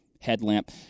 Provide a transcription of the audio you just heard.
headlamp